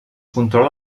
controla